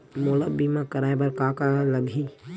मोला बीमा कराये बर का का लगही?